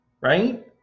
right